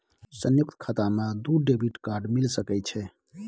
संयुक्त खाता मे दू डेबिट कार्ड मिल सके छै?